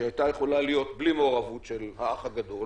שהייתה יכולה להיות בלי מעורבות של האח הגדול.